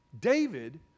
David